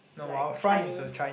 like Chinese